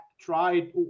tried